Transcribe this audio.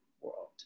world